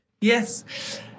Yes